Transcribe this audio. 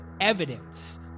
evidence